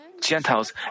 Gentiles